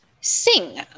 sing